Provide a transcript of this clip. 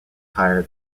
hired